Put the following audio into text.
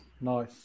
Nice